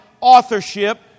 authorship